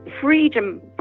Freedom